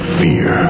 fear